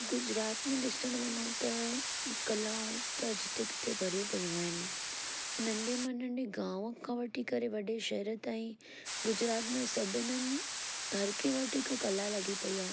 गुजरात में ॾिसण वञू त कलाऊं त जिते किथे भरी पयूं आहिनि नंढे में नंढे गांव खां वठी करे वॾे शहरनि ताईं गुजरात में सभिनि हंधि हर कंहिं वटि हिकु कला लॻी पई आहे